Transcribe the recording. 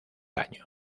año